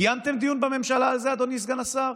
קיימתם דיון בממשלה על זה, אדוני סגן השר?